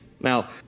Now